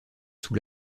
sous